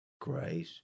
great